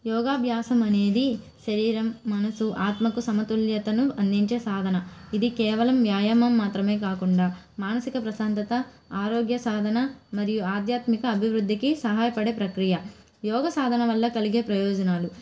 యోగాభ్యాసం అనేది శరీరం మనసు ఆత్మకు సమతుల్యతను అందించే సాధన ఇది కేవలం వ్యాయామం మాత్రమే కాకుండా మానసిక ప్రశాంతత ఆరోగ్య సాధన మరియు ఆధ్యాత్మిక అభివృద్ధికి సహాయపడే ప్రక్రియ యోగ సాధన వల్ల కలిగే ప్రయోజనాలు